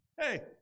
hey